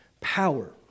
power